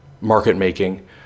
market-making